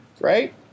Right